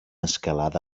escalada